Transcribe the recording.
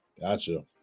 gotcha